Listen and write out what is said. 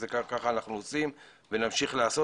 וככה אנחנו עושים ונמשיך לעשות.